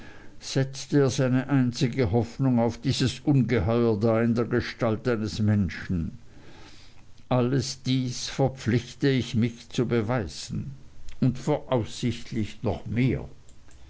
setzte er seine einzige hoffnung auf dieses ungeheuer da in der gestalt eines menschen alles dies verpflichte ich mich zu beweisen und voraussichtlich noch mehr